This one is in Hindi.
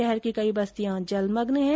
शहर की कई बस्तियां जलमग्न है